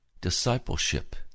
discipleship